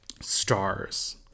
stars